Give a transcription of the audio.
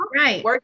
Right